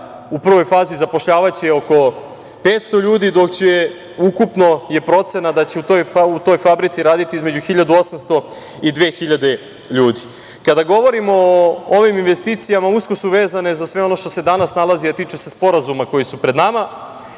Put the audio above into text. u prvoj fazi zapošljavaće oko 500 ljudi, dok je ukupno procena da će u toj fabrici raditi između 1.800 i 2.000 ljudi. Kada govorimo o ovim investicijama, usko su vezane za sve ono što se danas nalazi, a tiče se sporazuma koji su pred nama,